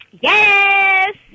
yes